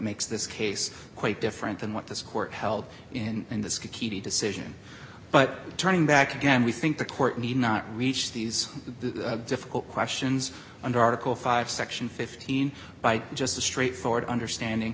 makes this case quite different than what this court held in this key decision but turning back again we think the court need not reach these difficult questions under article five section fifteen by just a straightforward understanding